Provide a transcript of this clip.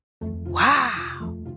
Wow